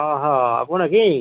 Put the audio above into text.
ହଁ ହଁ ଆପଣ କି